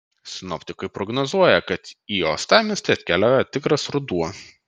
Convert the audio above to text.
sinoptikai prognozuoja kad į uostamiestį atkeliauja tikras ruduo